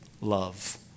love